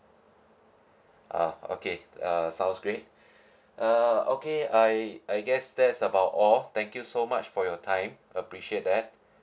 uh okay uh sounds great uh okay I I guess that's about all thank you so much for your time appreciate that